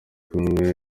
kumwe